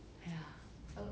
ya